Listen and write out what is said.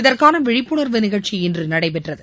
இதற்கான விழிப்புணர்வு நிகழ்ச்சி இன்று நடைபெற்றது